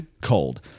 cold